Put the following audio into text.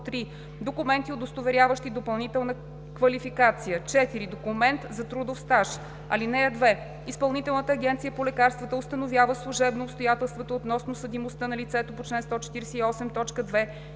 3. документи, удостоверяващи допълнителна квалификация; 4. документ за трудов стаж. (2) Изпълнителната агенция по лекарствата установява служебно обстоятелствата относно съдимостта на лицето по чл.